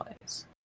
place